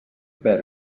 per